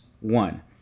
One